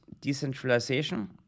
decentralization